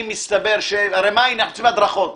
אנחנו צריכים הדרכות.